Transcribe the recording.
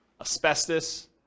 asbestos